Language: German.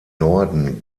norden